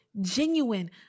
genuine